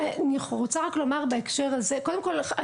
קודם כל,